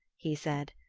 he said.